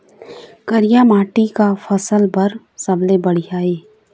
करिया माटी का फसल बर सबले बढ़िया ये?